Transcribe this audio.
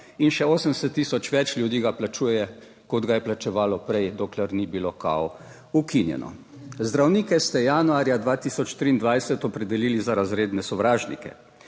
in še 80 tisoč več ljudi ga plačuje kot ga je plačevalo prej, dokler ni bilo kao ukinjeno. Zdravnike ste januarja 2023 opredelili za razredne sovražnike.